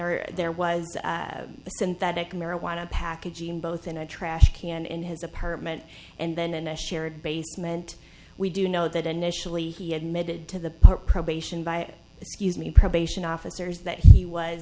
honor there was a synthetic marijuana packaging both in a trash can in his apartment and then in a shared basement we do know that initially he admitted to the probation by excuse me probation officers that he was